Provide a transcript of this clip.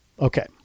Okay